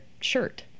shirt